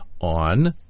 on